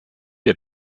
der